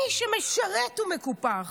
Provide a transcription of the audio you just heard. מי שמשרת הוא מקופח.